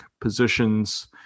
positions